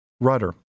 rudder